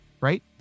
right